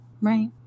right